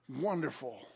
Wonderful